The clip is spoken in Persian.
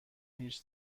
هیچ